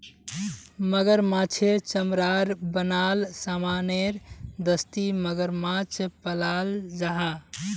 मगरमाछेर चमरार बनाल सामानेर दस्ती मगरमाछ पालाल जाहा